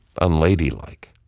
unladylike